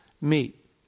meet